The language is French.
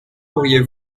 pourriez